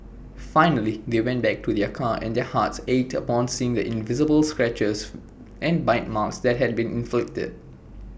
finally they went back to their car and their hearts ached upon seeing the visible scratches and bite marks that had been inflicted